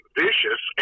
vicious